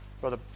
Brother